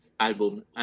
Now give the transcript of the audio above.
album